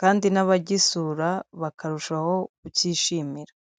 kandi n'abagisura bakarushaho kukishimira.